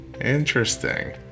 interesting